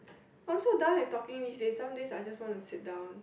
I'm so done with talking these days some days I just want to sit down